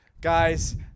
guys